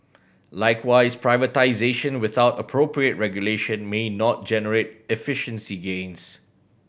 likewise privatisation without appropriate regulation may not generate efficiency gains